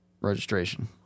Registration